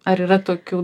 ar yra tokių